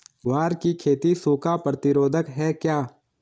ग्वार की खेती सूखा प्रतीरोधक है क्या?